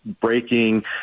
breaking